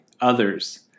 others